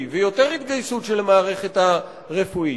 ויותר התגייסות של המערכת הרפואית.